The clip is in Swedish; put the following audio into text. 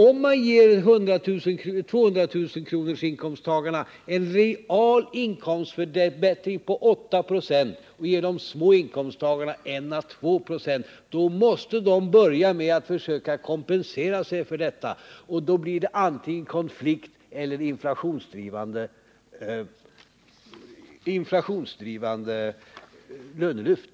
Om man ger 200 000-kronorsinkomsttagarna en real inkomstförbättring på 8 96 men ger de små inkomsttagarna 1 å 2 26, måste de små inkomsttagarna börja med att försöka kompensera sig för skillnaden, och då blir det antingen konflikt eller inflationsdrivande lönelyft.